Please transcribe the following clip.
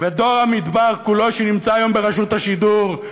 ודור המדבר כולו שנמצא היום ברשות השידור,